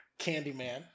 Candyman